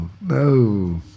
No